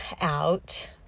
out